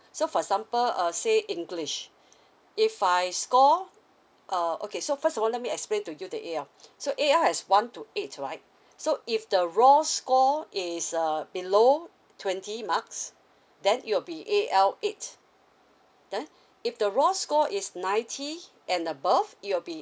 so for example uh say english if I score uh okay so first of all let me explain to you the A_L so A_L has one two eight right so if the raw score is uh below twenty marks then it'll be A_L eight ha if the raw score is ninety and above it'll be